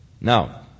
Now